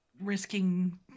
risking